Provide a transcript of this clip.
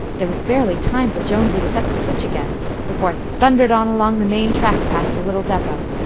there was barely time for jonesy to set the switch again before it thundered on along the main track past the little depot.